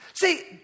See